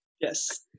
Yes